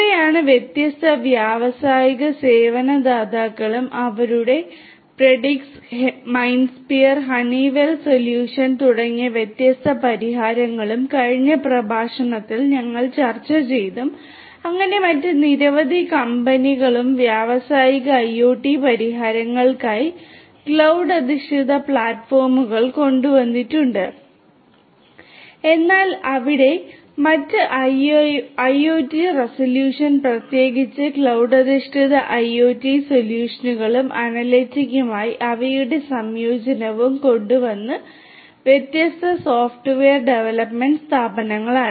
ഇവയാണ് വ്യത്യസ്ത വ്യാവസായിക സേവന ദാതാക്കളും അവരുടെ പ്രെഡിക്സ് തുടങ്ങിയ വ്യത്യസ്ത പരിഹാരങ്ങളും കഴിഞ്ഞ പ്രഭാഷണത്തിൽ ഞങ്ങൾ ചർച്ച ചെയ്തതും അങ്ങനെ മറ്റ് നിരവധി കമ്പനി കമ്പനികളും വ്യാവസായിക ഐഒടി പരിഹാരങ്ങൾക്കായി ക്ലൌഡ് അധിഷ്ഠിത പ്ലാറ്റ്ഫോമുകൾ കൊണ്ടുവന്നിട്ടുണ്ട് എന്നാൽ അവിടെ മറ്റ് ഐഒടി സൊല്യൂഷനുകളും പ്രത്യേകിച്ച് ക്ലൌഡ് അധിഷ്ഠിത ഐഒടി സൊല്യൂഷനുകളും അനലിറ്റിക്സുമായി അവയുടെ സംയോജനവും കൊണ്ടുവന്ന വ്യത്യസ്ത സോഫ്റ്റ്വെയർ ഡെവലപ്പ്മെന്റ് സ്ഥാപനങ്ങളാണ്